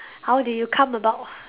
how did you come about